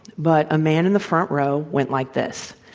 but a man in the front row went like this.